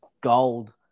gold